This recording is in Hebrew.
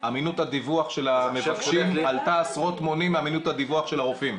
אמינות הדיווח של המבקשים עלתה עשרות מונים מאמינות הדיווח של הרופאים.